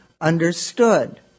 understood